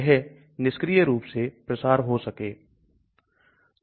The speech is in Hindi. क्रिस्टलीय पदार्थ की तुलना में अनाकार पदार्थ अधिक घुलनशील है